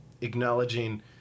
acknowledging